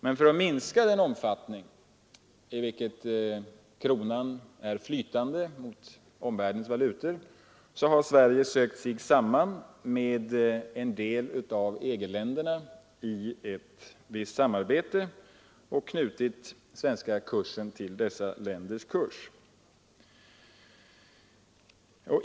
Men för att minska den omfattning i vilken kronan är flytande mot omvärldens valutor har Sverige tagit upp ett samarbete med en del av EG-länderna och knutit den svenska kursen till dessa länders kurser.